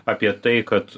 apie tai kad